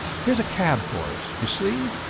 here's a cab for us. you see!